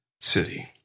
city